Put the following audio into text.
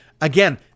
Again